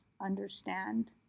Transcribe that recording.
understand